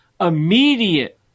immediate